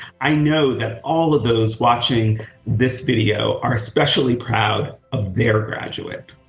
i know that all of those watching this video are especially proud of their graduate.